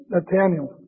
Nathaniel